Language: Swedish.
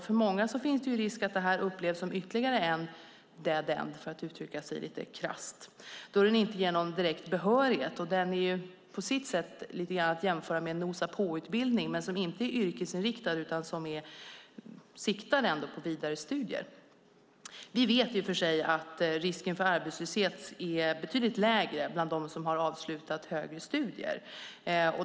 Det finns risk att många upplever det som ytterligare en dead end, för att uttrycka sig lite krasst, då den inte ger någon direkt behörighet. Den är på sitt sätt att jämföra med en "nosa-på-utbildning" men som inte är yrkesinriktad utan som siktar på vidare studier. Vi vet att risken för arbetslöshet är betydligt lägre bland dem som har avslutat högre studier.